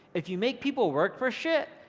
if you make people work for shit,